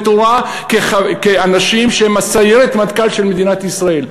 תורה כאנשים שהם הסיירת מטכ"ל של מדינת ישראל,